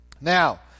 Now